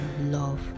love